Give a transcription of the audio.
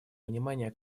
внимания